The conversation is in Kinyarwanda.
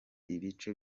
ibice